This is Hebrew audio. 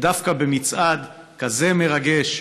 ודווקא במצעד כזה מרגש,